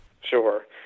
Sure